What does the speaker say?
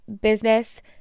business